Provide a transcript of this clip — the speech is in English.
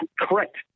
Correct